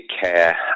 care